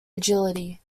agility